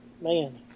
man